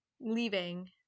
leaving